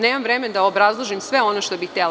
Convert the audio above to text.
Nemam vremena da obrazložim sve ono što bih htela.